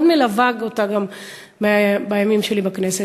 וגם מלווה אותה בימים שלי בכנסת,